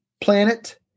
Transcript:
planet